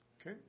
Okay